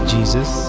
Jesus